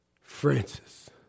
Francis